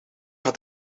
had